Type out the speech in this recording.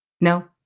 No